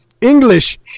English